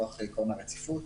מכוח הרציפות.